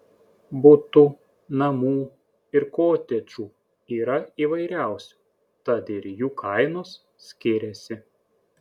butų namų ir kotedžų yra įvairiausių tad ir jų kainos skiriasi